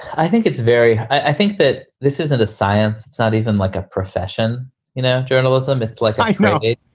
i think it's very i think that this isn't a science. it's not even like a profession in ah journalism. it's like i know it.